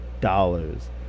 dollars